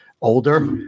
older